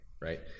Right